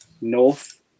north